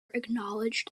acknowledged